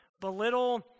belittle